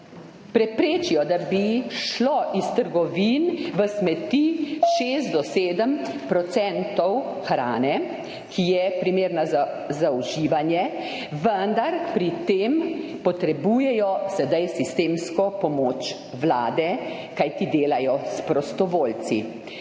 preprečijo, da bi šlo iz trgovin v smeti 6 do 7 % hrane, ki je primerna za uživanje. Vendar potrebujejo sedaj pri tem sistemsko pomoč Vlade, kajti delajo s prostovoljci.